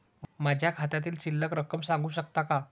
माझ्या खात्यातील शिल्लक रक्कम सांगू शकता का?